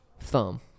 thumb